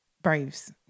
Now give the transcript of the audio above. Braves